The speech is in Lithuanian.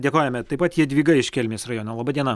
dėkojame taip pat jadvyga iš kelmės rajono laba diena